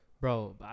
Bro